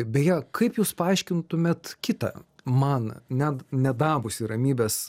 beje kaip jūs paaiškintumėt kitą man net nedavusį ramybės